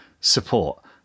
support